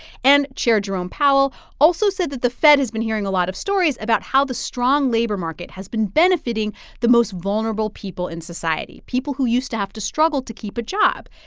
and chair jerome powell also said that the fed has been hearing a lot of stories about how the strong labor market has been benefiting the most vulnerable people in society, people who used to have to struggle to keep a job.